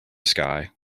sky